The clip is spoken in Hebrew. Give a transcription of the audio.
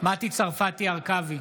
מטי צרפתי הרכבי,